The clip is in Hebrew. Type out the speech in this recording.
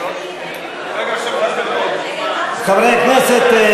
חברי הכנסת,